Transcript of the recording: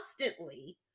constantly